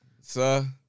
Sir